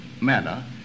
manner